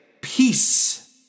Peace